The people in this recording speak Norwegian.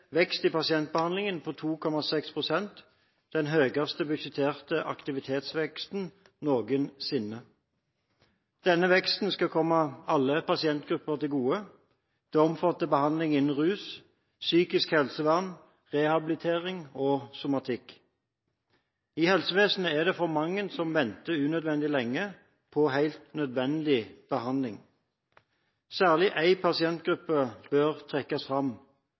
vekst i pasientbehandlingen på 2,6 pst. – den høyeste budsjetterte aktivitetsveksten noensinne. Denne veksten skal komme alle pasientgrupper til gode. Det omfatter behandling innen rus, psykisk helsevern, rehabilitering og somatikk. I helsevesenet er det for mange som venter unødvendig lenge på helt nødvendig behandling. Særlig én pasientgruppe bør trekkes fram,